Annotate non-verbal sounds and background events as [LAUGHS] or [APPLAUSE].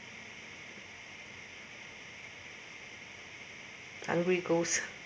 hungry ghosts [LAUGHS]